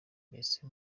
mbese